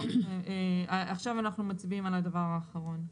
עכשיו אנחנו מצביעים על הדבר האחרון.